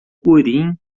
urim